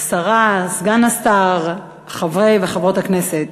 השרה, סגן השר, חברי וחברות הכנסת,